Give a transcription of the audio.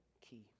key